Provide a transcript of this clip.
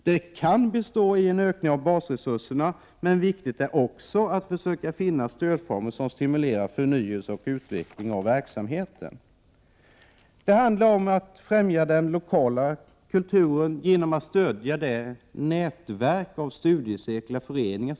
Det kan bestå i en ökning av basresurserna, men viktigt är också att finna stödformer som stimulerar förnyelse och utveckling av verksamheten. Det handlar om att främja den lokala kulturen genom att stödja nätverket av studiecirklar och föreningar.